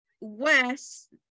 west